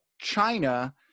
China